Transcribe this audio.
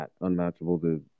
unmatchable